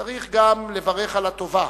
צריך גם לברך על הטובה